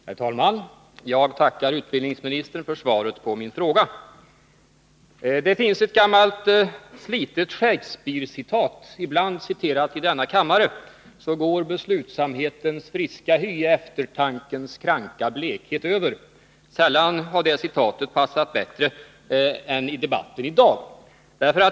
Herr talman! Jag tackar utbildningsministern för svaret på min fråga. Det finns ett gammalt slitet Shakespearecitat, ibland återgivet i denna kammare, som lyder: Så går beslutsamhetens friska hy i eftertankens kranka blekhet över. Sällan har det citatet passat bättre än i debatten i dag.